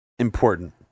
important